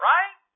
Right